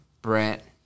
Brett